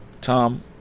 Tom